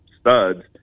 studs